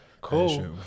Cool